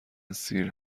سیر